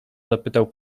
zapytał